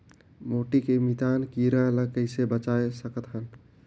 माटी के मितान कीरा ल कइसे बचाय सकत हन?